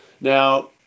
Now